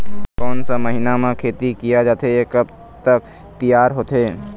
कोन सा महीना मा खेती किया जाथे ये कब तक तियार होथे?